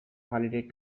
holiday